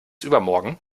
übermorgen